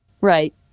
Right